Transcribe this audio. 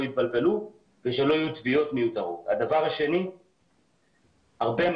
8 בדצמבר 2020. אני